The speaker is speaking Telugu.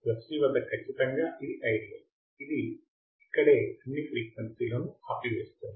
fc వద్ద ఖచ్చితంగా ఇది ఐడియల్ ఇది ఇక్కడే అన్ని ఫ్రీక్వెన్సీ లను ఆపివేస్తుంది